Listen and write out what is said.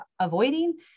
avoiding